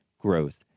growth